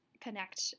connect